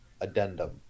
Addendum